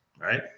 Right